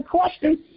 question